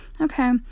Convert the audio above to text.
okay